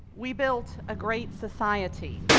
we built a great society.